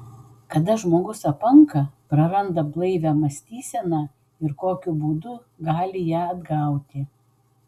kada žmogus apanka praranda blaivią mąstyseną ir kokiu būdu gali ją atgauti